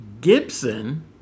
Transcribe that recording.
Gibson